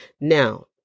now